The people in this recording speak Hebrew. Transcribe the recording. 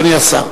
אדוני השר.